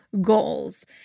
goals